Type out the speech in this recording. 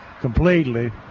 completely